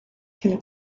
can